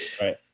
right